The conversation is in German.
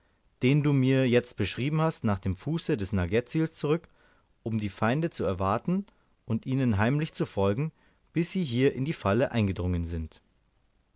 den du mir jetzt beschrieben hast nach dem fuße des nugget tsil zurück um die feinde zu erwarten und ihnen heimlich zu folgen bis sie hier in die falle eingedrungen sind